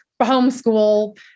homeschool